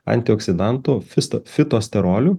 antioksidantų fista fito sterolių